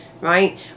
right